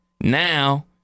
now